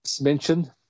mentioned